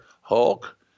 Hulk